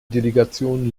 delegationen